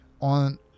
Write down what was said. on